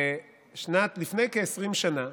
לפני כ-20 שנה